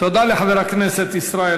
תודה לחבר הכנסת ישראל